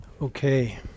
okay